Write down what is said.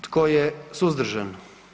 Tko je suzdržan?